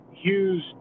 Hughes